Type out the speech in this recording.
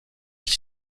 qui